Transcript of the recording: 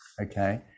Okay